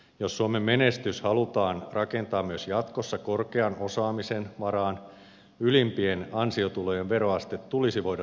jos suomen menestys halutaan rakentaa myös jatkossa korkean osaamisen varaan ylimpien ansiotulojen veroaste tulisi voida säilyttää kohtuullisena